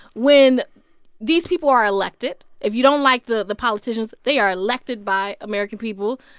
when these people are elected if you don't like the the politicians, they are elected by american people.